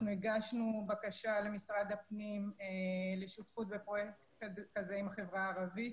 אנחנו הגשנו בקשה למשרד הפנים לשותפות בפרויקט הזה עם החברה הערבית,